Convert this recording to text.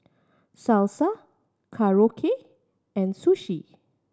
Salsa Korokke and Sushi